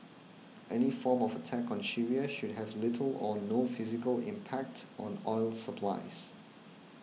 any form of attack on Syria should have little or no physical impact on oil supplies